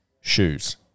Shoes